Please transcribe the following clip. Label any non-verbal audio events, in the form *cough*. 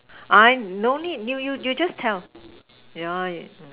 I no need you you you just tell yeah *noise*